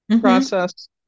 process